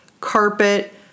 carpet